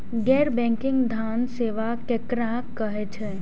गैर बैंकिंग धान सेवा केकरा कहे छे?